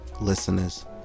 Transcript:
listeners